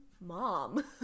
mom